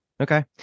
Okay